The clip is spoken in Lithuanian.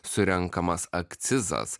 surenkamas akcizas